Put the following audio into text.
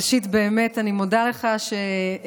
ראשית אני באמת מודה לך שהחזרת,